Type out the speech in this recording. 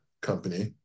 company